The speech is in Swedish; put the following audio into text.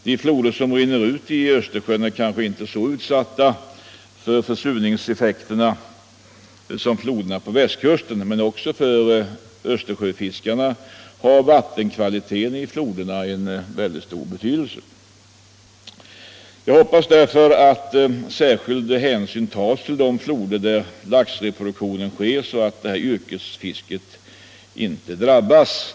De floder som rinner ut i Östersjön är kanske inte så utsatta för försurningseffekten som floderna på västkusten, men också för Östersjöfiskarna har vattenkvaliteten i floderna mycket stor betydelse. Jag hoppas därför att särskild hänsyn tas till de floder där laxreproduktionen sker, så att yrkesfisket inte drabbas.